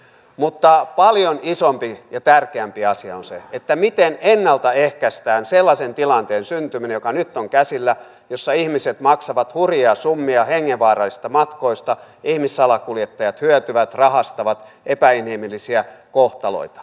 mutta paljon isompi ja tärkeämpi asia on se miten ennalta ehkäistään sellaisen tilanteen syntyminen joka nyt on käsillä jossa ihmiset maksavat hurjia summia hengenvaarallisista matkoista ihmissalakuljettajat hyötyvät rahastavat epäinhimillisiä kohtaloita